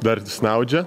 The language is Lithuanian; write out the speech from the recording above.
dar snaudžia